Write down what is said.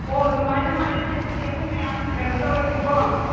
ꯍꯣ ꯑꯗꯨꯃꯥꯏꯅ ꯍꯥꯏꯔꯁꯦ ꯑꯗꯨꯗꯤ ꯑꯩꯈꯣꯏ ꯃꯌꯥꯝ ꯀꯩꯅꯣ ꯇꯧꯔꯁꯤꯀꯣ